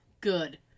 good